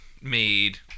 made